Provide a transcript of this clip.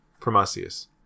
Promasius